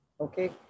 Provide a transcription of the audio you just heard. Okay